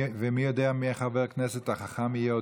ומי יודע אם חבר הכנסת יהיה חכם או טיפש?